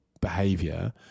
behavior